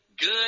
Good